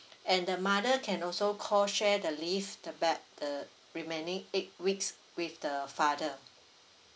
and the mother can also co share the leave the bad the remaining eight weeks with the father